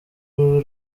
rwe